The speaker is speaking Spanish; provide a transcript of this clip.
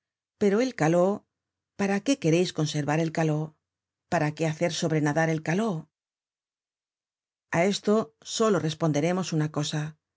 pero el caló para qué quereis conservar el caló para qué hacer sobrenadar el caló a esto solo responderemos una cosa